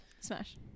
Smash